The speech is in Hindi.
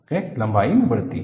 क्रैक लंबाई में बढ़ती है